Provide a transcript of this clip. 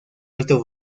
alto